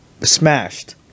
smashed